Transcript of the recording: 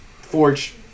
Forge